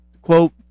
quote